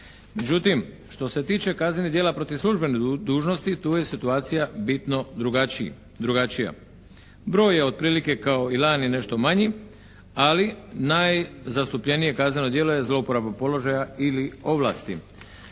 Međutim što se tiče kaznenih djela protiv službene dužnosti tu je situacija bitno drugačija. Broj je otprilike kao i lani nešto manji, ali najzastupljenije kazneno djelo je zlouporaba položaja ili ovlasti.